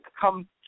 come